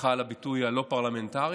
סליחה על הביטוי הלא-פרלמנטרי,